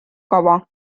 kava